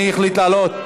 מי החליט לעלות?